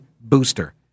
booster